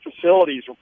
facilities